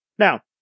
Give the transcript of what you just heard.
Now